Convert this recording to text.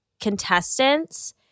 contestants